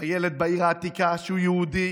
בילד בעיר העתיקה שהוא יהודי